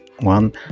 one